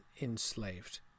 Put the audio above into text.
enslaved